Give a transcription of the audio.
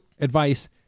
advice